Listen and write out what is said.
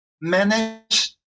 manage